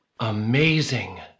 Amazing